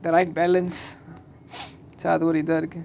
the right balance so அது ஒரு இதுவா இருக்கு:athu oru ithuva iruku